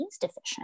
deficient